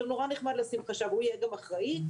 נורא נחמד לשים חשב - הוא יהיה גם אחראי?